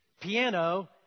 piano